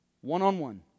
one-on-one